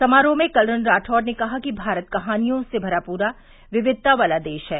समारोह में कर्नल रावौर ने कहा कि भारत कहानियों से भरापूरा विविधता वाला देश है